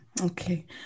okay